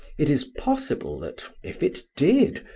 it is possible that, if it did,